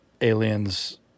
aliens